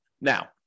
Now